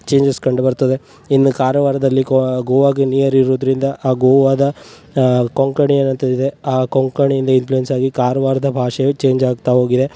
changes ಕಂಡು ಬರ್ತದೆ ಇನ್ನು ಕಾರವಾರದಲ್ಲಿ ಗೋವಾಗೆ ನಿಯರ್ ಇರೋದ್ರಿಂದ ಆ ಗೋವಾದ ಕೊಂಕಣಿ ಅನ್ನುವಂಥದ್ದು ಇದೆ ಆ ಕೊಂಕಣಿಯಿಂದ ಇನ್ಫ್ಲುಯೆನ್ಸ್ ಆಗಿ ಕಾರ್ವಾರದ ಭಾಷೆ ಚೇಂಜ್ ಆಗ್ತಾ ಹೋಗಿದೆ